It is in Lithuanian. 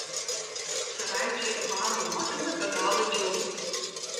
caraičio ivano motina be galo džiaugiasi